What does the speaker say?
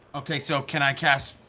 okay, so can i cast